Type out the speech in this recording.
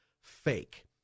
fake